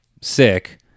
sick